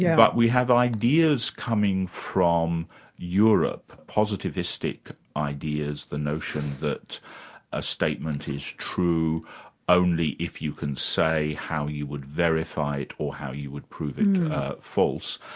yeah but we have ideas coming from europe, positivistic ideas, the notion that a statement is true only if you can say how you would verify it or how you would prove it false.